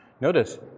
Notice